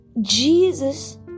Jesus